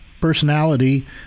personality